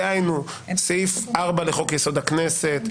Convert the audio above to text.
דהיינו סעיף 4 לחוק יסוד: הכנסת,